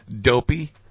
Dopey